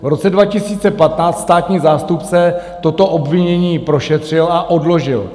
V roce 2015 státní zástupce toto obvinění prošetřil a odložil.